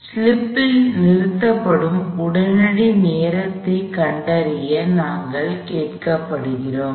slipping நிறுத்தப்படும் உடனடி நேரத்தைக் கண்டறிய நாங்கள் கேட்கப்படுகிறோம்